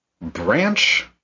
Branch